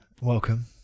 welcome